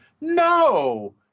No